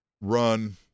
run